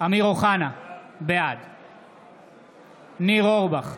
אמיר אוחנה, בעד ניר אורבך,